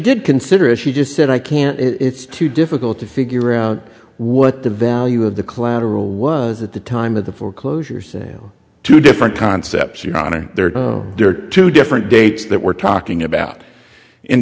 did consider as she just said i can't it's too difficult to figure out what the value of the collateral was at the time of the foreclosures are two different concepts your honor there are two different dates that we're talking about in